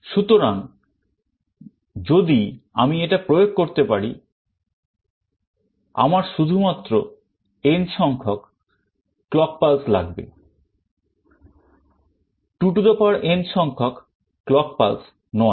সুতরাং যদি আমি এটা প্রয়োগ করতে পারি আমার শুধুমাত্র n সংখ্যক clock pulse লাগবে 2n সংখ্যক clock pulse নয়